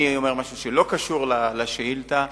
משהו שלא קשור לשאילתא: